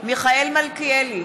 מיכאל מלכיאלי,